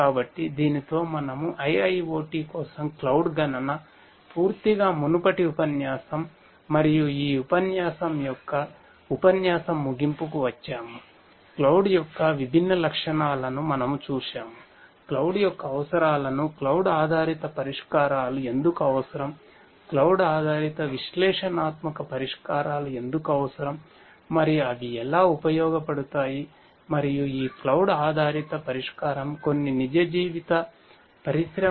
కాబట్టి దీనితో మనము IIoT కోసం క్లౌడ్ ఆధారిత పరిష్కారం కొన్ని నిజ జీవిత పరిశ్రమ 4